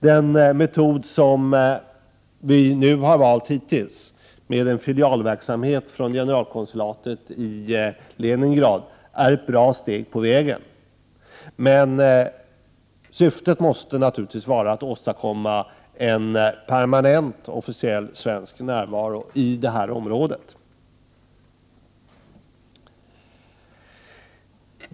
Den metod som vi hittills har valt, med en filialverksamhet från generalkonsulatet i Leningrad, är ett bra steg på vägen, men syftet måste naturligtvis vara att åstadkomma en permanent officiell svensk närvaro i detta område.